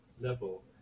level